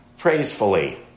praisefully